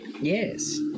Yes